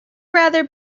rather